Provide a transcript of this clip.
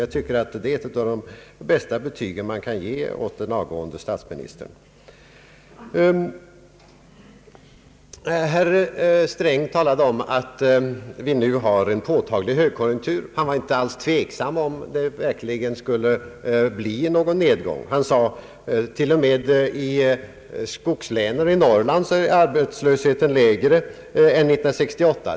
Jag tycker att jag därmed har utfärdat ett av de bästa betyg man kan ge åt den avgångne statsministern när det gäller hans personliga resning. Herr Sträng talade om att vi nu har en påtaglig högkonjunktur. Han sade till och med att i skogslänen i Norrland är arbetslösheten lägre än 1968.